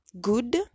Good